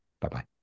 Bye-bye